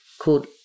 called